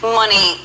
money